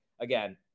Again